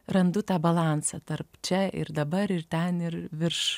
randu tą balansą tarp čia ir dabar ir ten ir virš